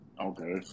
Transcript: Okay